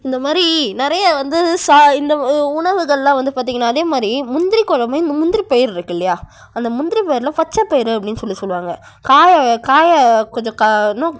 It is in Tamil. இந்த மாதிரி நிறைய வந்து ச இந்த உணவுகளெலாம் வந்து பார்த்திங்ன்னா அதே மாதிரி முந்திரி குழம்பு முந்திரி பயிரிருக்கு இல்லையா அந்த முந்திரி பயிரில் பச்சை பயறு அப்படின்னு சொல்லி சொல்லுவாங்க காயை காயை கொஞ்சம்